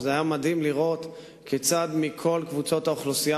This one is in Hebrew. וזה היה מדהים לראות כיצד מכל קבוצות האוכלוסייה